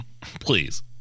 please